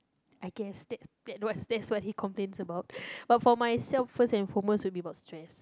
I guess that that's what that's what you complains about but for myself first and foremost would be about stress